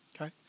okay